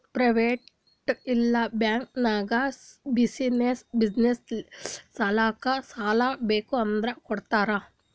private ಇಲ್ಲಾ bank ನಾಗ್ business ಸಲ್ಯಾಕ್ ಸಾಲಾ ಬೇಕ್ ಅಂದುರ್ ಕೊಡ್ತಾರ್